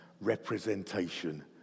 representation